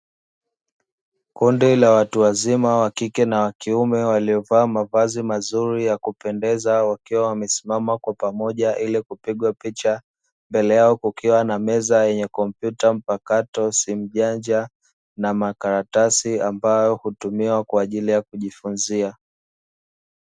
Kundi la watu wazima wa kike na wa kiume waliovaa mavazi mazuri ya kupendeza, wakiwa wamesimama kwa pamoja ili kupigwa picha. Mbele yao kukiwa na meza yenye kompyuta mpakato, simu janja na makaratasi ambayo hutumiwa kwa ajili ya kujifunzia.